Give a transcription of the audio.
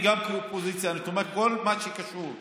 גם אני, כאופוזיציה אני תומך בכל מה שקשור לתקציב,